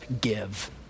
give